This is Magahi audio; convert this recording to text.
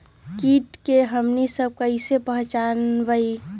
किट के हमनी सब कईसे पहचान बई?